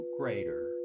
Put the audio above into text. greater